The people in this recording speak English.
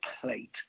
plate